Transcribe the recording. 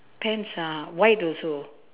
pants ah white also